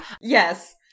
yes